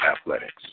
athletics